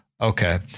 Okay